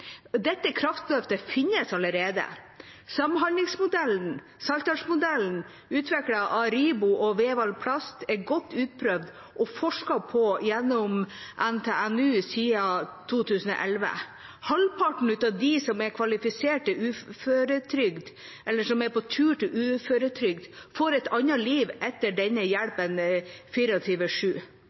Dette kraftløftet finnes allerede. Samhandlingsmodellen Saltdalsmodellen, utviklet av RIBO og Vev-Al-Plast, er godt utprøvd og forsket på gjennom NTNU siden 2011. Halvparten av dem som er kvalifisert til uføretrygd, eller som er på tur til det, får et annet liv etter denne hjelpen